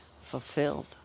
fulfilled